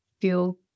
feel